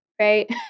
right